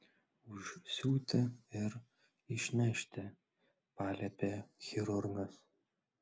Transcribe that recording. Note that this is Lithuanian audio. užsiūti ir išnešti paliepė chirurgas